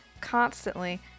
constantly